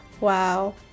Wow